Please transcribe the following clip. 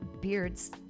beards